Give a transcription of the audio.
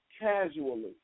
casually